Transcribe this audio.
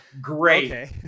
great